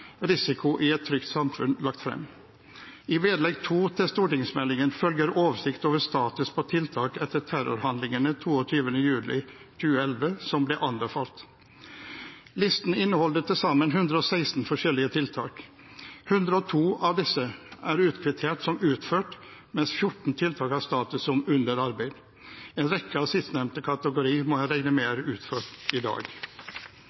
Risiko i et trygt samfunn lagt frem. I vedlegg 2 til stortingsmeldingen følger en oversikt over status på tiltak som ble anbefalt etter terrorhandlingene 22. juli 2011. Listen inneholder til sammen 116 forskjellige tiltak. 102 av disse er kvittert ut som utført, mens 14 tiltak har statusen at de er under arbeid. En rekke i sistnevnte kategori må en regne med er utført i dag.